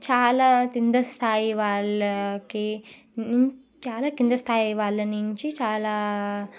చాలా క్రింద స్థాయి వాళ్ళకి చాలా క్రింద స్థాయి వాళ్ళ నుంచి చాలా